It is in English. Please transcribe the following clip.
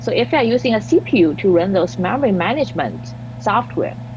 so if you're using a cpu to run those memory management software,